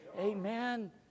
Amen